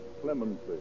clemency